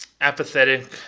apathetic